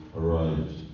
arrived